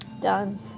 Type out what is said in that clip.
Done